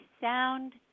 sound –